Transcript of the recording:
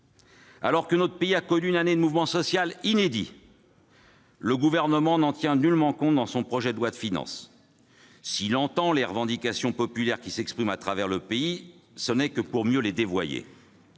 Alors que notre pays a connu une année de mouvements sociaux inédits, le Gouvernement n'en tient nullement compte dans son projet de loi de finances. S'il entend les revendications populaires qui s'expriment à travers le pays, ce n'est que pour mieux les dévoyer